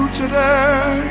today